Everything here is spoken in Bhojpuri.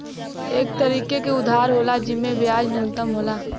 एक तरीके के उधार होला जिम्मे ब्याज न्यूनतम होला